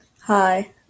Hi